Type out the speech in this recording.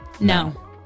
No